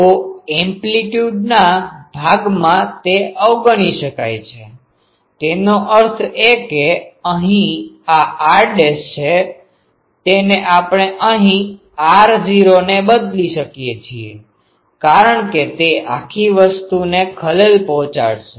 તો એમ્પ્લીટ્યુડamplitude કંપનવિસ્તારના ભાગમાં તે અવગણી શકાય છે તેનો અર્થ એ કે અહીં આ r' છે તેને આપણે અહીં r0 ને બદલી શકીએ છીએ કારણ કે તે આખી વસ્તુને ખલેલ પહોંચાડશે